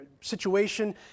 situation